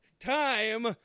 Time